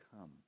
come